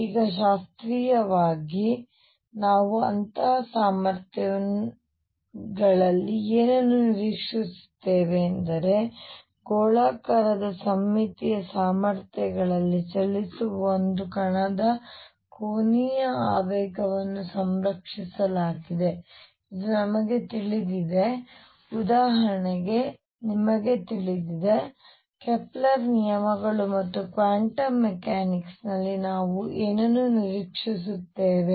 ಈಗ ಶಾಸ್ತ್ರೀಯವಾಗಿ ಶಾಸ್ತ್ರೀಯವಾಗಿ ನಾವು ಅಂತಹ ಸಾಮರ್ಥ್ಯಗಳಲ್ಲಿ ಏನನ್ನು ನಿರೀಕ್ಷಿಸುತ್ತೇವೆ ಎಂದರೆ ಗೋಳಾಕಾರದ ಸಮ್ಮಿತೀಯ ಸಾಮರ್ಥ್ಯಗಳಲ್ಲಿ ಚಲಿಸುವ ಒಂದು ಕಣದ ಕೋನೀಯ ಆವೇಗವನ್ನು ಸಂರಕ್ಷಿಸಲಾಗಿದೆ ಇದು ನಮಗೆ ತಿಳಿದಿದೆ ಉದಾಹರಣೆಗೆ ನಿಮಗೆ ತಿಳಿದಿದೆ ಕೆಪ್ಲರ್ ನಿಯಮಗಳು ಮತ್ತು ಕ್ವಾಂಟಮ್ ಮೆಕ್ಯಾನಿಕ್ಸ್ ನಲ್ಲಿ ನಾವು ಏನನ್ನು ನಿರೀಕ್ಷಿಸುತ್ತೇವೆ